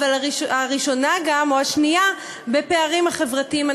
אבל גם הראשונה או השנייה בפערים החברתיים,